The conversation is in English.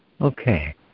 Okay